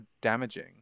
damaging